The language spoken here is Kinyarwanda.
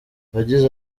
yagize